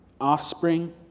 offspring